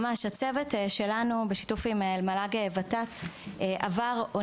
הצוות שלנו בשיתף מל"ג-ות"ת עבר דרך